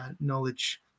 knowledge